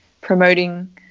promoting